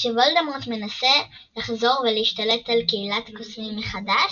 כשוולדמורט מנסה לחזור ולהשתלט על קהילת הקוסמים מחדש,